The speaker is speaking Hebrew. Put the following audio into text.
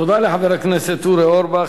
תודה לחבר הכנסת אורי אורבך.